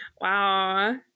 Wow